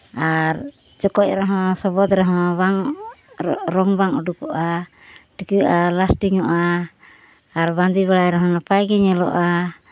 ᱟᱨ ᱪᱚᱠᱚᱡ ᱨᱮᱦᱚᱸ ᱥᱚᱵᱚᱫ ᱨᱮᱦᱚᱸ ᱵᱟᱝ ᱨᱚᱝ ᱨᱚᱝ ᱵᱟᱝ ᱩᱰᱩᱠᱚᱜᱼᱟ ᱴᱤᱠᱟᱹᱜᱼᱟ ᱞᱟᱥᱴᱤᱝᱚᱜᱼ ᱟᱨ ᱵᱟᱸᱫᱮ ᱵᱟᱲᱟᱭ ᱨᱮᱦᱚᱸ ᱱᱟᱯᱟᱭ ᱜᱮ ᱧᱮᱞᱚᱜᱼᱟ